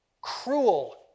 Cruel